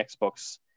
Xbox